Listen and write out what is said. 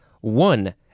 one